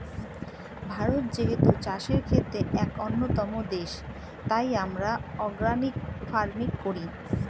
ভারত যেহেতু চাষের ক্ষেত্রে এক অন্যতম দেশ, তাই আমরা অর্গানিক ফার্মিং করি